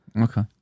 Okay